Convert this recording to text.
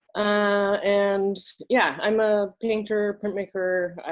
and yeah, i'm a painter, printmaker.